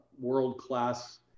world-class